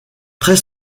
très